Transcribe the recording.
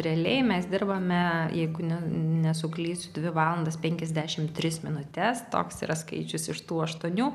realiai mes dirbame jeigu ne nesuklysiu dvi valandas penkiasdešimt tris minutes toks yra skaičius iš tų aštuonių